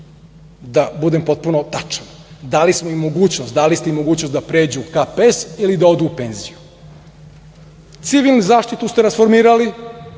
da budem potpuno tačan, dali ste im mogućnost da pređu u KPS ili da odu u penziju. Civilnu zaštitu ste rasformirali,